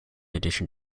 addition